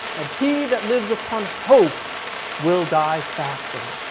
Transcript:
and he that lives upon hope will die fasting.